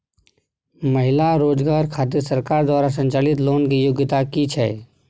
महिला रोजगार खातिर सरकार द्वारा संचालित लोन के योग्यता कि छै?